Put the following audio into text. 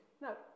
No